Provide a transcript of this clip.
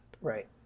Right